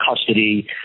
custody